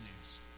news